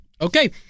Okay